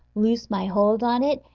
loose my hold on it,